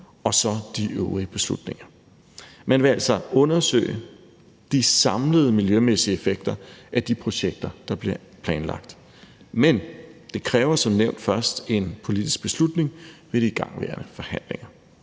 og så de øvrige beslutninger. Man vil altså undersøge de samlede miljømæssige effekter af de projekter, der bliver planlagt. Men det kræver som nævnt først en politisk beslutning ved de igangværende forhandlinger.